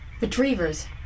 Retrievers